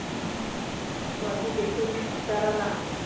ꯎꯝ ꯑꯣ ꯑꯗꯨꯗꯤ ꯑꯩꯈꯣꯏ ꯃꯤ ꯇꯔꯥ ꯂꯥꯑꯒꯦ